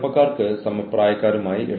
നമ്മൾ യഥാർത്ഥത്തിൽ എല്ലാം രേഖപ്പെടുത്തുന്നു